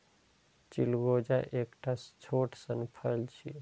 चिलगोजा एकटा छोट सन फल छियै